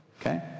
okay